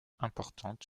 importante